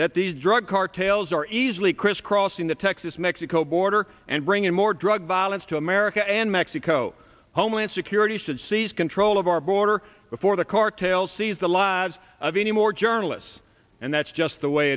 that these drug cartels are easily crisscrossing the texas mexico border and bringing more drug violence to america and mexico homeland security should seize control of our border before the cartels seize the lives of any more journalists and that's just the way